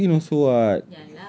ya we put in also [what]